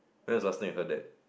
when was the last time you heard that